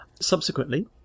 Subsequently